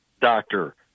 doctor